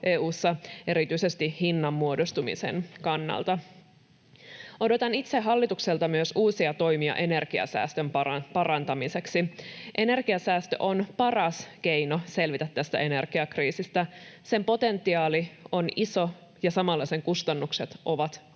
EU:ssa erityisesti hinnanmuodostumisen kannalta. Odotan itse hallitukselta myös uusia toimia energiansäästön parantamiseksi. Energiansäästö on paras keino selvitä tästä energiakriisistä. Sen potentiaali on iso ja samalla sen kustannukset ovat olemattomat.